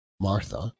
martha